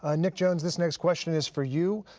ah nick jones, this next question is for you.